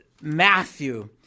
Matthew